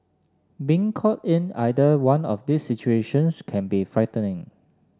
being caught in either one of these situations can be frightening